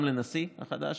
גם לנשיא החדש,